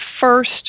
first